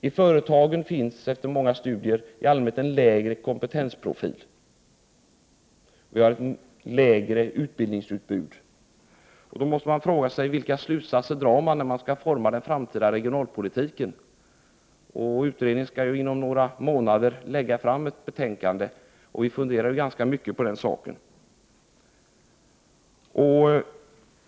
I företagen finns, enligt många studier, i allmänhet en lägre kompetensprofil. Man har ett lägre utbildningsutbud. Vilka slutsatser drar man, när man skall forma den framtida regionalpolitiken? Utredningen skall inom några månader lägga fram ett betänkande, och vi funderar ganska mycket på den saken.